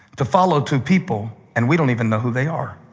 to follow two people, and we don't even know who they are.